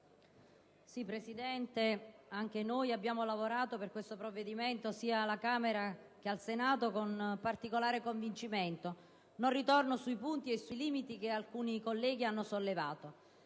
Presidente, anche noi abbiamo lavorato per il disegno di legge in esame, sia alla Camera che al Senato, con particolare convincimento. Non ritorno sui punti e sui limiti che alcuni colleghi hanno sollevato.